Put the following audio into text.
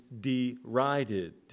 derided